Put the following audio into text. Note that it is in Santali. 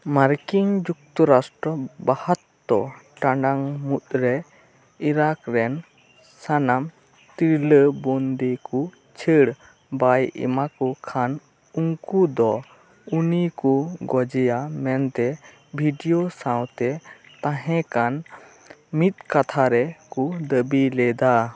ᱢᱟᱨᱠᱤᱱ ᱡᱩᱠᱛᱚᱨᱟᱥᱴᱨᱚ ᱵᱟᱦᱟᱛᱚᱨ ᱴᱟᱲᱟᱝ ᱢᱩᱫᱽᱨᱮ ᱤᱨᱟᱠ ᱨᱮᱱ ᱥᱟᱱᱟᱢ ᱛᱤᱨᱞᱟᱹ ᱵᱚᱱᱫᱤ ᱠᱚ ᱪᱷᱟᱹᱲ ᱵᱟᱭ ᱮᱢᱟ ᱠᱚ ᱠᱷᱟᱱ ᱩᱱᱠᱩ ᱫᱚ ᱩᱱᱤ ᱠᱚ ᱜᱚᱡᱮᱭᱟ ᱢᱮᱱᱛᱮ ᱵᱷᱤᱰᱭᱳ ᱥᱟᱶᱛᱮ ᱛᱟᱦᱮᱠᱟᱱ ᱢᱤᱫ ᱠᱟᱛᱷᱟ ᱨᱮ ᱠᱚ ᱫᱟᱹᱵᱤ ᱞᱮᱫᱟ